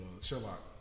Sherlock